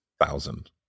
thousand